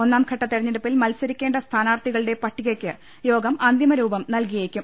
ഒന്നാംഘട്ട തെരഞ്ഞെടുപ്പിൽ മത്സരിക്കേണ്ട സ്ഥാനാർത്ഥികളുടെ പട്ടികയ്ക്ക് യോഗം അന്തിമരൂപം നൽകി യേക്കും